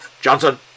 Johnson